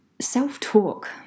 self-talk